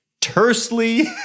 tersely